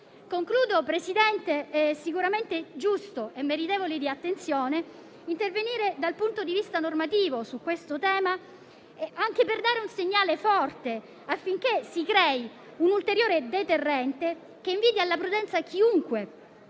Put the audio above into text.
in discussione. È sicuramente giusto e meritevole di attenzione intervenire dal punto di vista normativo su questo tema, anche per dare un segnale forte affinché si crei un ulteriore deterrente che inviti alla prudenza chiunque